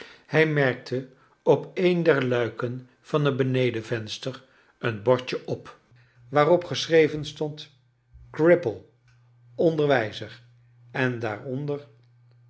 hij merkte op een der luiken van een benedenvenster een bordje op waarop geschreven stond cripple onderwijzer en daaronder